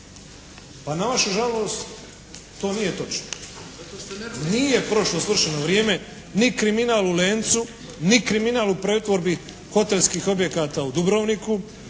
pa na vašu žalost to nije točno. Nije prošlo svršeno vrijeme ni kriminal u "Lencu", ni kriminal u pretvorbi hotelskih objekata u Dubrovniku,